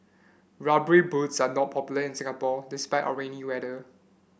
rubber boots are not popular in Singapore despite our rainy weather